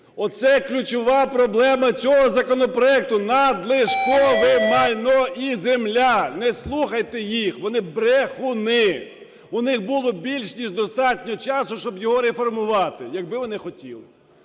Оце ключова проблема цього законопроекту, надлишкове майно і земля! Не слухайте їх. Вони брехуни. І них було більш ніж достатньо часу, щоб його реформувати якби вони хотіли.